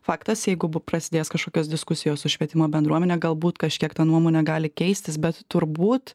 faktas jeigu prasidės kažkokios diskusijos su švietimo bendruomene galbūt kažkiek ta nuomonė gali keistis bet turbūt